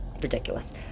ridiculous